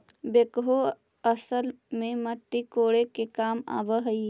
backhoe असल में मट्टी कोड़े के काम आवऽ हई